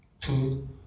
Two